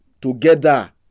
together